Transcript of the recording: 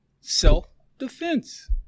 Self-defense